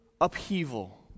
upheaval